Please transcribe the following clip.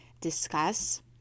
discuss